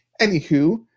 Anywho